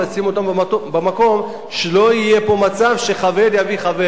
אותם במקום שלא יהיה פה מצב שחבר יביא חבר.